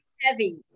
heavy